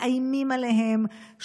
מאיימים עליהם,